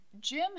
Jim